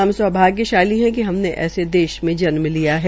हम सौभाग्यशाली है कि हमने ऐसे देश में जन्म लिया है